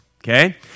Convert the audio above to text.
Okay